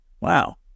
wow